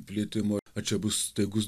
plitimo čia bus staigus